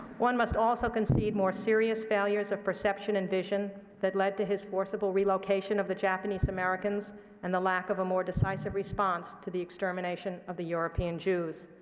one must also concede more serious failures of perception and vision that led to his forcible relocation of the japanese-americans and the lack of a more decisive response to the extermination of the european jews.